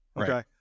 Okay